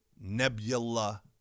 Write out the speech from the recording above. nebula